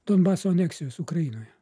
donbaso aneksijos ukrainoje